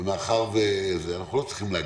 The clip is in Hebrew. אנחנו לא צריכים להגזים.